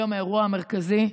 האירוע המרכזי,